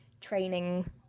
training